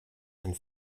ein